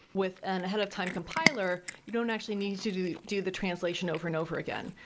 with an ahead of time compiler, you don't actually need to do do the translation over and over again,